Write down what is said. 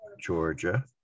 Georgia